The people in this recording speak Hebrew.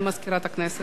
תודה.